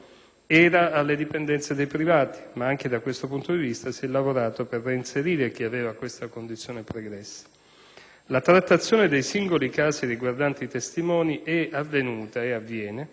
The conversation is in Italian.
era alle dipendenze dei privati; ma anche da questo punto di vista si è lavorato per reinserire chi aveva questa condizione pregressa. La trattazione dei singoli casi riguardanti i testimoni è avvenuta e avviene